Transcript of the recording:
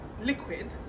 liquid